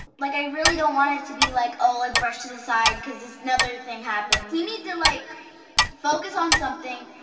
like i really don't want it to be like, oh, ah brushed to the side because another thing happens. we need to like focus on something,